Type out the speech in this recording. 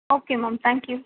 okay ma'am thank you